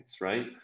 right